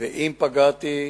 ואם פגעתי,